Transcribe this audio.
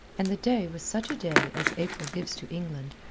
and the day was such a day as april gives to england,